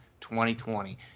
2020